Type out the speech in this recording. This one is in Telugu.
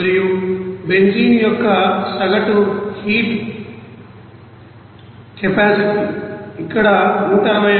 మరియు బెంజీన్ యొక్క సగటు హీట్ కెపాసిటీ ఇక్కడ 161